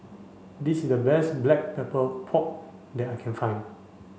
this is the best black pepper pork that I can find